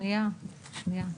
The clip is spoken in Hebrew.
שנייה, שנייה.